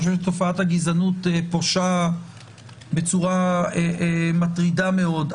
תופעת הגזענות פושה בצורה מטרידה מאוד,